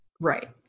Right